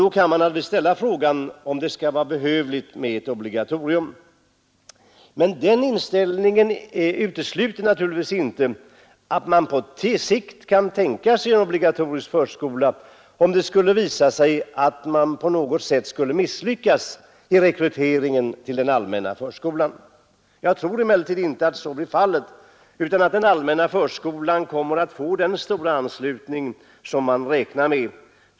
Då kan man naturligtvis ställa frågan om det skall vara behövligt med ett obligatorium. Men den inställningen utesluter naturligtvis inte att man på sikt kan tänka sig en obligatorisk förskola, om det skulle visa sig att rekryteringen till den allmänna förskolan misslyckas. Jag tror dock inte att så blir fallet utan att den allmänna förskolan kommer att få den stora anslutning som man räknar med.